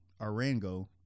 arango